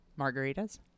Margaritas